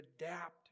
adapt